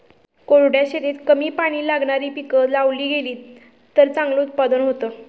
कोरड्या शेतीत कमी पाणी लागणारी पिकं लावली गेलीत तर चांगले उत्पादन होते